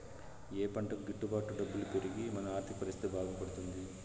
ఏ పంటకు గిట్టు బాటు డబ్బులు పెరిగి మన ఆర్థిక పరిస్థితి బాగుపడుతుంది?